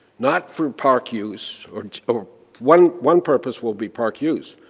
not for park use or or one one purpose will be park use,